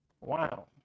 wow